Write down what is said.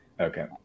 Okay